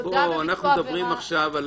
הוא הודה בביצוע עבירה -- רגע,